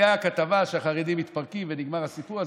הייתה כתבה שהחרדים מתפרקים ונגמר הסיפור,